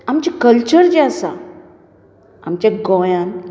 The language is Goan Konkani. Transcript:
आमचें कल्चर जें आसा आमचें गोंयांत